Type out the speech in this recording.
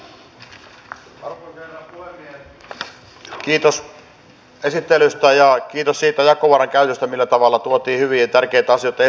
kiitos esittelystä ja kiitos siitä jakovaran käytöstä millä tavalla tuotiin hyviä ja tärkeitä asioita esille